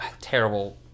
terrible